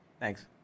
Thanks